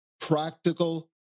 practical